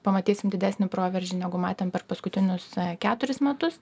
pamatysim didesnį proveržį negu matėm per paskutinius keturis metus